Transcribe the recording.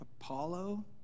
Apollo